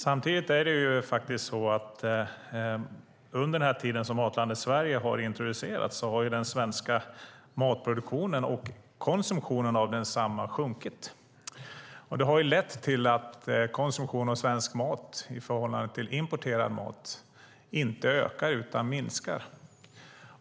Samtidigt är det så att under den tid som Matlandet Sverige har introducerats har den svenska matproduktionen och konsumtionen av densamma sjunkit. Det har lett till att konsumtionen av svensk mat i förhållande till importerad mat inte ökar utan minskar.